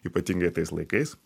ypatingai tais laikais